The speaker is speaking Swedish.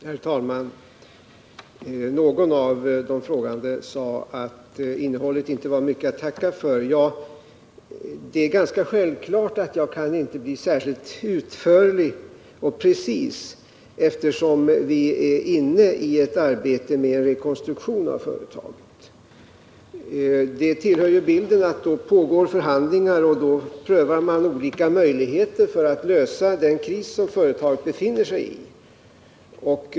Herr talman! Två av frågeställarna sade att innehållet i svaret inte var mycket att tacka för. Det är ganska självklart att jag inte kan bli särskilt utförlig eller precis eftersom vi är inne i arbetet med en rekonstruktion av företaget. Det tillhör ju bilden att då pågår förhandlingar och då prövar man olika möjligheter för att lösa den kris som företaget befinner sig i.